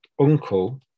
uncle